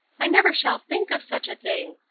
i never shall think of such a thing.